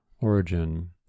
origin